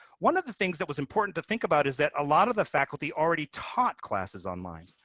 one of the things that was important to think about is that a lot of the faculty already taught classes online.